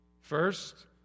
First